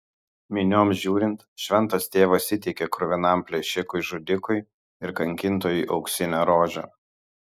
minioms žiūrint šventas tėvas įteikė kruvinam plėšikui žudikui ir kankintojui auksinę rožę